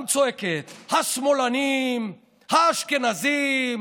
גם היא צועקת: השמאלנים, האשכנזים,